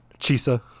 chisa